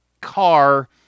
car